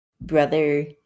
brother